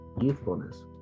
youthfulness